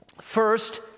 First